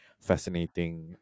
fascinating